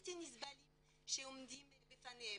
בלתי נסבלים שעומדים בפניהם.